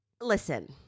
Listen